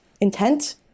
intent